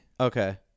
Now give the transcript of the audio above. Okay